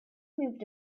moved